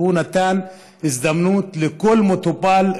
זה שהוא נתן הזדמנות לכל מטופל,